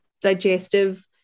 digestive